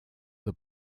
the